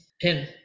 pin